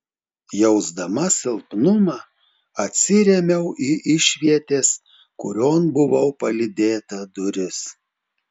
jausdama silpnumą atsirėmiau į išvietės kurion buvau palydėta duris